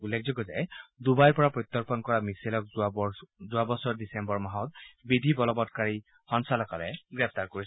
উল্লেখযোগ্য যে ডুবাইৰ পৰা প্ৰত্যৰ্পণ কৰা মিচেলক যোৱা বৰ্ষৰ ডিচেম্বৰ মাহত বিধি বলবৎকাৰী সঞ্চালকালয়ে গ্ৰেপ্তাৰ কৰিছিল